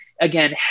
again